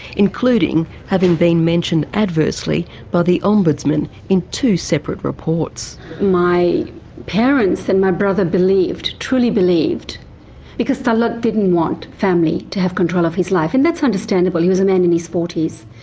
including having been mentioned adversely by the ombudsman in two separate reports. my parents and my brother believed, truly believed because talet didn't want family to have control of his life, and that's understandable he was a man in his forties